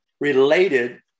related